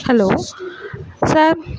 hello sir